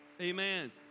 Amen